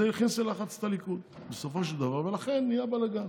זה הכניס ללחץ את הליכוד בסופו של דבר ולכן נהיה בלגן.